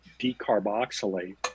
decarboxylate